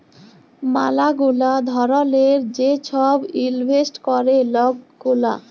ম্যালা গুলা ধরলের যে ছব ইলভেস্ট ক্যরে লক গুলা